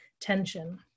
tension